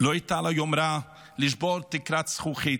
לא הייתה לה יומרה לשבור תקרת זכוכית.